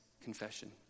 confession